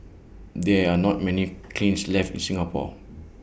there are not many kilns left in Singapore